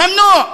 "ממנוע".